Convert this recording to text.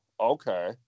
okay